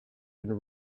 been